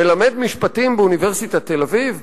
מלמד משפטים באוניברסיטת תל-אביב,